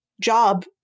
job